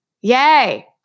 Yay